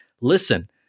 listen